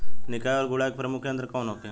निकाई और गुड़ाई के प्रमुख यंत्र कौन होखे?